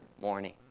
morning